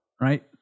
right